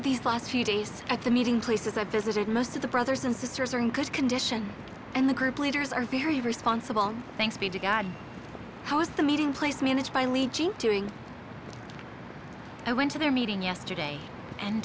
these last few days at the meeting places i visited most of the brothers and sisters are in good condition and the group leaders are very responsible thanks be to god how is the meeting place managed by leaching doing i went to their meeting yesterday and